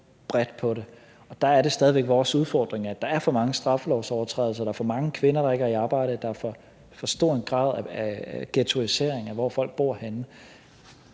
er det stadig væk vores udfordring, at der er for mange straffelovsovertrædelser; der er for mange kvinder, der ikke er i arbejde; der er for stor en grad af ghettoisering, i forhold til hvor folk bor henne.